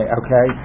okay